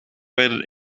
werden